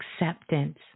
acceptance